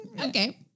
Okay